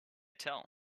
tell